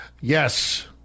Yes